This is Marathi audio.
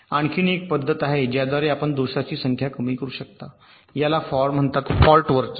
आणखी एक पद्धत आहे ज्याद्वारे आपण दोषांची संख्या कमी करू शकतो याला म्हणतात फॉल्ट वर्चस्व